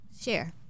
share